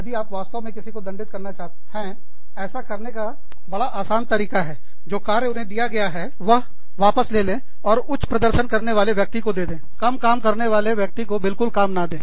यदि आप वास्तव में किसी को दंडित करना चाहते हैं ऐसा करने का बड़ा आसान तरीका है जो काम उन्हें दिया गया है वह भी वापस ले ले और उच्च प्रदर्शन करने वाले व्यक्ति दे कम काम करनेवाले को बिल्कुल काम ना दें